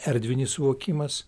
erdvinis suvokimas